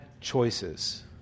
choices